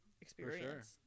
experience